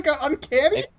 uncanny